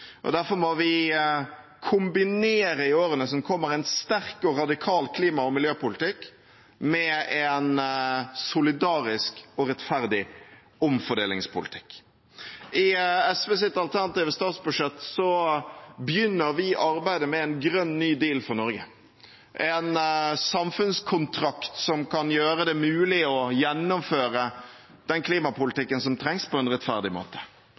samfunnet. Derfor må vi i årene som kommer, kombinere en sterk og radikal klima- og miljøpolitikk med en solidarisk og rettferdig omfordelingspolitikk. I SVs alternative statsbudsjett begynner vi arbeidet med en grønn ny deal for Norge, en samfunnskontrakt som kan gjøre det mulig å gjennomføre den klimapolitikken som trengs, på en rettferdig måte.